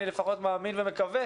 אני לפחות מאמין ומקווה,